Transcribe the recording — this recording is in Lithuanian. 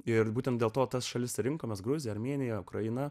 ir būtent dėl to tas šalis rinkomės gruzija armėnija ukraina